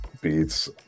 beats